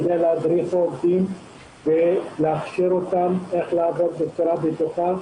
כדי להדריך עובדים ולהכשיר אותם איך לעבוד בצורה בטוחה,